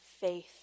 faith